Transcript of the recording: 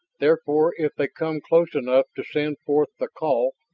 therefore, if they come close enough to send forth the call,